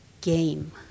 game